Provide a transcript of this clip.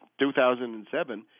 2007